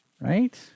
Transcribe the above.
right